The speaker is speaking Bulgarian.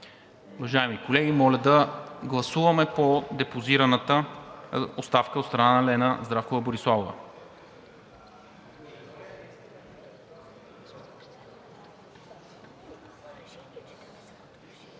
Уважаеми колеги, моля да гласуваме по депозираната оставка от страна на Лена Здравкова Бориславова.